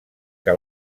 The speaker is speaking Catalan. què